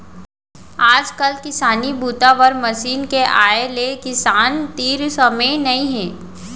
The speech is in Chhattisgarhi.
आजकाल किसानी बूता बर मसीन के आए ले किसान तीर समे नइ हे